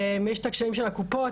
יש את הקשיים של הקופות,